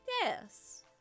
Yes